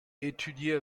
étudier